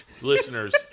Listeners